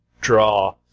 draw